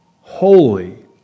holy